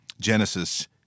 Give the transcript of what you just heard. Genesis